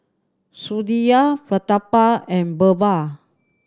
Sudhir Pratap and Birbal